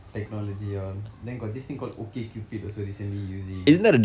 technology all then got this thing called OkCupid also recently using